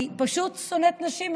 היא פשוט שונאת נשים,